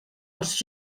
els